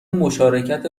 مشارکت